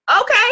okay